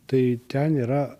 tai ten yra